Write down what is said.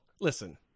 listen